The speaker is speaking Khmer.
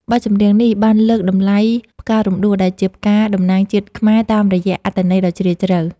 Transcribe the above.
បទចម្រៀងនេះបានលើកតម្លៃផ្ការំដួល ដែលជាផ្កាតំណាងជាតិខ្មែរ តាមរយៈអត្ថន័យដ៏ជ្រាលជ្រៅ។